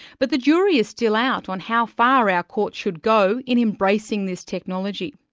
but the jury is still out on how far our courts should go in embracing this technology.